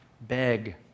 Beg